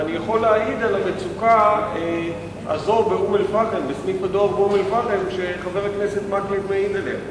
ואני יכול להעיד על המצוקה הזאת באום-אל-פחם שחבר הכנסת מקלב העיד עליה.